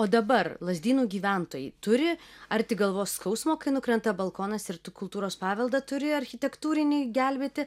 o dabar lazdynų gyventojai turi ar tik galvos skausmo kai nukrenta balkonas ir kultūros paveldą turi architektūrinį gelbėti